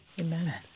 Amen